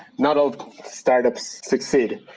not all startups succeed,